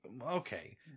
okay